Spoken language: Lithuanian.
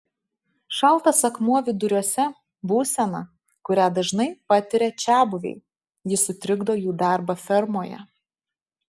šaltas akmuo viduriuose būsena kurią dažnai patiria čiabuviai ji sutrikdo jų darbą fermoje